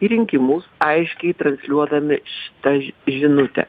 į rinkimus aiškiai transliuodami šitą žinutę